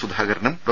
സുധാകരനും ഡോ